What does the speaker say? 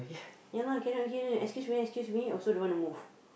ya lah cannot hear then excuse me excuse me also don't want to move